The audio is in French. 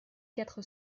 quatre